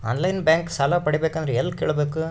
On line bank ಸಾಲ ಪಡಿಬೇಕಂದರ ಎಲ್ಲ ಕೇಳಬೇಕು?